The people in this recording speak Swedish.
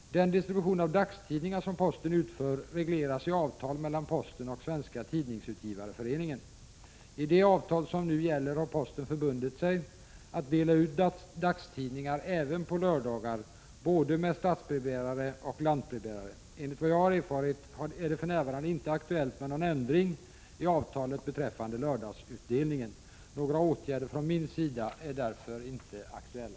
; Den distribution av dagstidningar som posten utför regleras i avtal mellan posten och Svenska Tidningsutgivareföreningen. I det avtal som nu gäller har posten förbundit sig att dela ut dagstidningar även på lördagar både med stadsbrevbärare och med lantbrevbärare. Enligt vad jag har erfarit är det för närvarande inte aktuellt med någon ändring i avtalet beträffande lördagsutdelningen. Några åtgärder från min sida är därför inte aktuella.